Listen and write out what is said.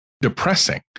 depressing